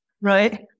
Right